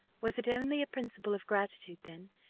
was it only a principle of gratitude, then,